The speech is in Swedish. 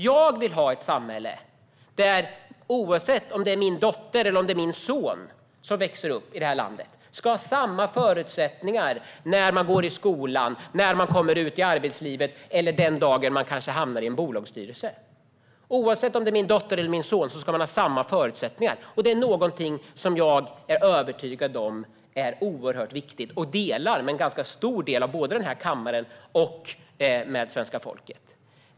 Jag vill ha ett samhälle där mina barn, oavsett om det är min dotter eller min son, som växer upp i det här landet ska ha samma förutsättningar när de går i skolan, när de kommer ut i arbetslivet eller den dag de kanske hamnar i en bolagsstyrelse. De ska ha samma förutsättningar oavsett kön. Det är någonting som är oerhört viktigt. Det är jag är övertygad om, och den övertygelsen delar jag med en ganska stor del av både denna kammare och svenska folket.